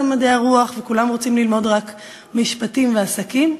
מדעי הרוח וכולם רוצים ללמוד רק משפטים ומינהל עסקים.